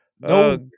no